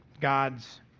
God's